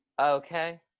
okay